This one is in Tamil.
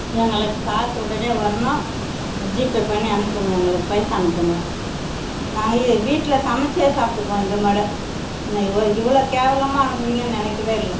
எங்களுக்கு காசு உடனே வரணும் ஜிபே பண்ணி அனுப்புங்க எங்களுக்கு பைசா அனுப்புங்க நாங்கள் இ வீட்டில் சமைத்தே சாப்பிட்டுப்போம் இதை இவ்வளோ கேவலமாக அனுப்புவிங்கன்னு நினைக்கவே இல்லை